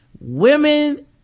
women